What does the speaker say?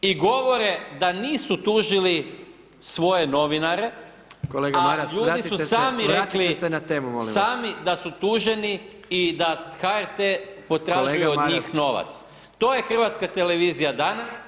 I govore da nisu tužili svoje novinare, a ljudi su sami rekli [[Upadica Predsjednik: Kolega Maras vratite se na temu, molim vas.]] da su tuženi i da HRT potražuje od njih novac, to je hrvatska televizija danas.